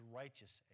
righteous